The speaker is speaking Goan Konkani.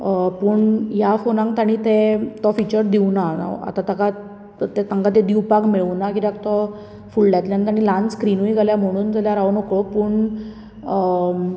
पूण ह्या फोनांक ताणी ते तो फिचर दिवना आतां ताकां ते तांकां दिवपाक मेळूना कित्याक तो फुडल्ल्यांतल्यान ताणी ल्हान स्क्रिनूय जाल्या म्हणून जाल्यार हांव नकळो पूण